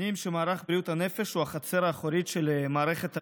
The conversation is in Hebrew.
שנים שמערך בריאות הנפש הוא החצר האחורית של מערכת הבריאות.